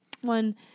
one